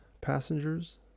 passengers